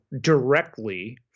directly